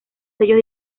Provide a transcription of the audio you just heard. sellos